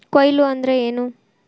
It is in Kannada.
ಕೊಯ್ಲು ಅಂದ್ರ ಏನ್?